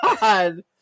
god